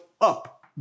up